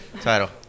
title